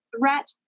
threat